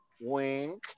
Wink